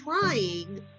trying